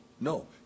No